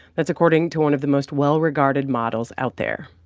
that's according to one of the most well-regarded models out there.